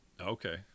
Okay